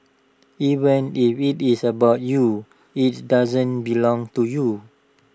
even if IT is about you IT doesn't belong to you